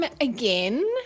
Again